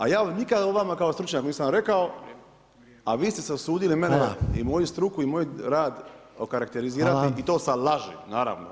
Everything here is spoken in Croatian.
A ja nikad o vama kao stručnjak nisam rekao, a vi ste se usudili mene i moju struku i moj rad okarakterizirati i to sa laži, naravno.